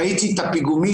ראיתי את הפיגומים,